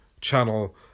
channel